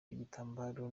igitambaro